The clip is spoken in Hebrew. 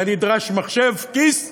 היה נדרש מחשב כיס ועקרונות.